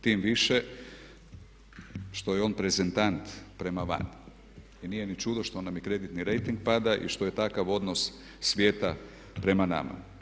Tim više što je on prezentant prema van i nije ni čudo što nam i kreditni rejting pada i što je takav odnos svijeta prema nama.